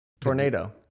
Tornado